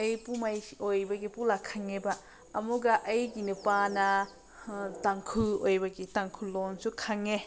ꯑꯩ ꯄꯥꯎꯃꯥꯏ ꯑꯣꯏꯕꯒꯤ ꯄꯨꯂꯞ ꯈꯪꯉꯦꯕ ꯑꯃꯨꯛꯀ ꯑꯩꯒꯤ ꯅꯨꯄꯥꯅ ꯇꯥꯡꯈꯨꯜ ꯑꯣꯏꯕꯒꯤ ꯇꯥꯡꯈꯨꯜ ꯂꯣꯟꯁꯨ ꯈꯪꯉꯦ